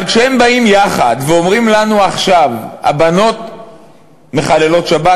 אבל כשהם באים יחד ואומרים לנו עכשיו: הבנות מחללות שבת,